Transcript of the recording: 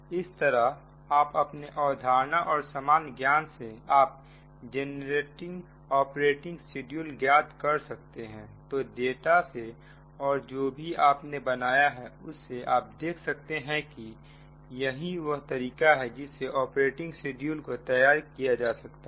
इस तरह आप अपने अवधारणा और सामान्य ज्ञान से आप जेनरेटिंग ऑपरेटिंग शेड्यूल ज्ञात कर सकते हैं तो डाटा से और जो भी आपने बनाया है उससे आप देख सकते हैं की यही वह तरीका है जिससे ऑपरेटिंग शेड्यूल को तैयार किया जा सकता है